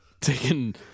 taken